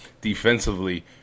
defensively